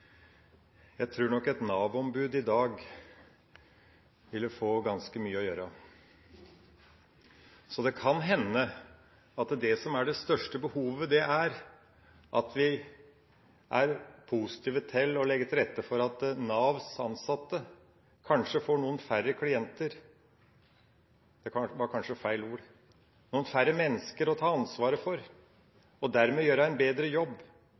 Jeg tror nok et Nav-ombud i dag ville få ganske mye å gjøre. Så kan hende er det viktigste og det største behovet at vi er positive til å legge til rette for at Navs ansatte kanskje får noen færre klienter – «klienter» var kanskje feil ord – noen færre mennesker å ta ansvaret for og dermed gjøre en bedre jobb,